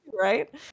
right